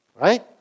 right